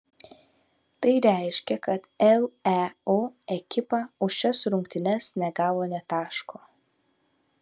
tai reiškia kad leu ekipa už šias rungtynes negavo nė taško